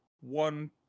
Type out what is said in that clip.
one